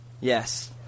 Yes